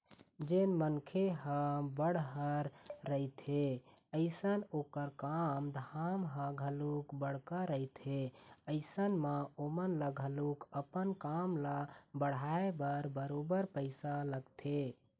जेन मनखे ह बड़हर रहिथे अइसन ओखर काम धाम ह घलोक बड़का रहिथे अइसन म ओमन ल घलोक अपन काम ल बढ़ाय बर बरोबर पइसा लगथे